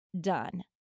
done